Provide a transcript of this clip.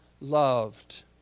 loved